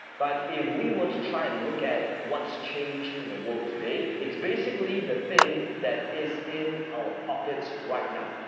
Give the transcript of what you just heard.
but if we were to try and look at what's changed in the world today, it's basically the thing that is in our pockets right now.